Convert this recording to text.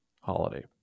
holiday